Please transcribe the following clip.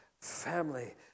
family